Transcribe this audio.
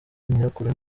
nyirakuru